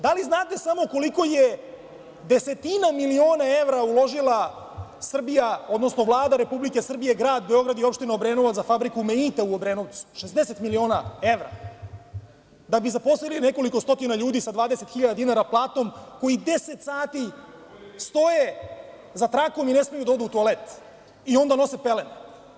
Da li znate samo koliko je desetina miliona evra uložila Srbija, odnosno Vlada Republike Srbije, Grad Beograd i opština Obrenovac za fabriku „Meita“, 60 miliona evra, da bi zaposlili nekoliko stotina ljudi sa 20.000 dinara platom koji 10 sati stoje za trakom i ne smeju da odu u toalet i onda nose pelene.